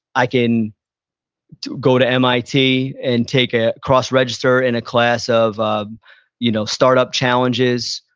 i can go to mit and take a, cross-register in a class of um you know start-up challenges,